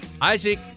Isaac